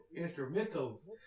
instrumentals